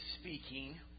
speaking